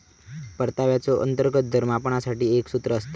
परताव्याचो अंतर्गत दर मापनासाठी एक सूत्र असता